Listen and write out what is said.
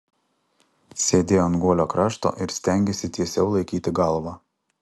sėdėjo ant guolio krašto ir stengėsi tiesiau laikyti galvą